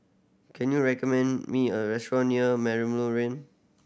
can you recommend me a restaurant near Merlimau